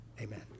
Amen